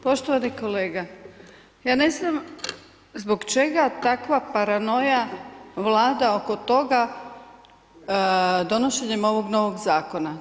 Poštovani kolega, ja ne znam zbog čega takva paranoja vlada oko toga donošenjem ovog novog zakona.